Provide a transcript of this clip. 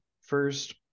first